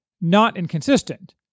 not-inconsistent